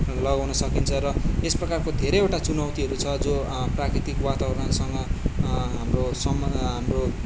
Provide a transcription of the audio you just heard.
लगाउन सकिन्छ र यस प्रकारको धेरैवटा चुनौतीहरू छ जो प्राकृतिक वातावरणसँग हाम्रो सम्बन्ध हाम्रो